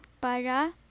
para